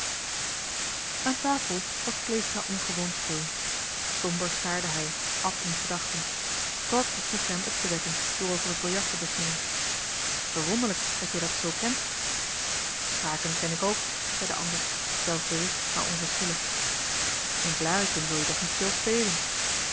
aan tafel was kleestra ongewoon stil somber staarde hij at in gedachten stork beproefde hem op te wekken door over het biljart te beginnen verwonderlijk dat jij dat zoo kent schaken ken ik ook zei de ander zelfbewust maar onverschillig in blaricum zul je toch niet veel spelen